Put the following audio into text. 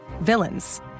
villains